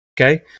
Okay